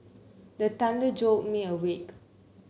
the thunder jolt me awake